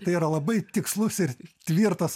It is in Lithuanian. tai yra labai tikslus ir tvirtas